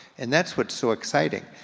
and that's what's so exciting.